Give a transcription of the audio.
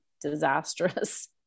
disastrous